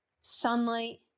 sunlight